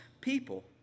people